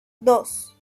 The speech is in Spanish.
dos